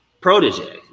protege